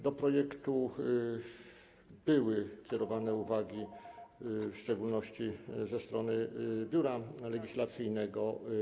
Do projektu były kierowane uwagi, w szczególności ze strony biura legislacyjnego.